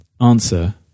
Answer